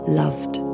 loved